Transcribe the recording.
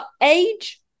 age